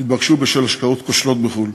התבקשו בשל השקעות כושלות בחו"ל.